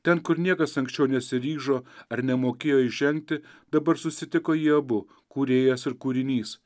ten kur niekas anksčiau nesiryžo ar nemokėjo įžengti dabar susitiko jie abu kūrėjas ir kūrinys